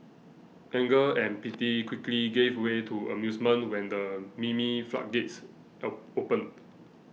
anger and pity quickly gave way to amusement when the meme floodgates opened